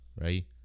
right